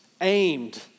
aimed